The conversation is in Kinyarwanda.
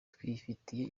twifitiye